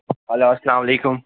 hello اَسَلام علیکُم